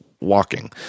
walking